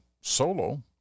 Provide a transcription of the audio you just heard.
solo